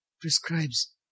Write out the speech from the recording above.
prescribes